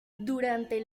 durante